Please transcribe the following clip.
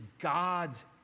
God's